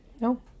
No